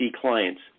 clients